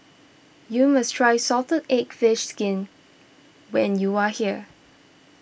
you must try Salted Egg Fish Skin when you are here